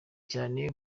cyane